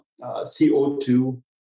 CO2